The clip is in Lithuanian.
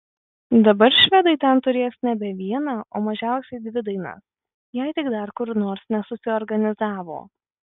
dabar švedai ten turės nebe vieną o mažiausiai dvi dainas jei tik dar kur nors nesusiorganizavo